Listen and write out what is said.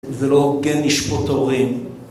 זה לא הוגן לשפוט הורים